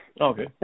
Okay